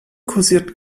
kursierten